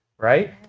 Right